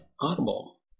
Audible